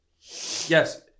yes